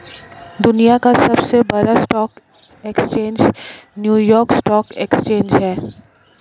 दुनिया का सबसे बड़ा stock exchange New York stock exchange है